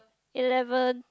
eleven